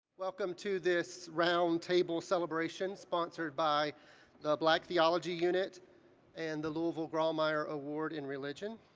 welcome to this roundtable celebration sponsored by the black theology unit and the louisville grawemeyer award in religion.